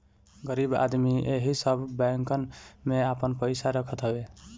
गरीब आदमी एही सब बैंकन में आपन पईसा रखत हवे